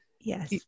Yes